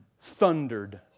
thundered